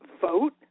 vote